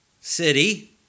city